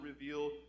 reveal